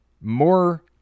more